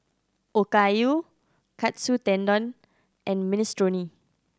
Okayu Katsu Tendon and Minestrone